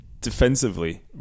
defensively